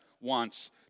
wants